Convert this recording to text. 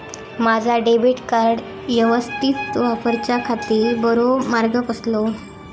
माजा debit card यवस्तीत वापराच्याखाती बरो मार्ग कसलो?